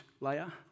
layer